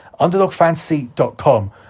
underdogfantasy.com